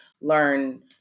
learn